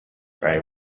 very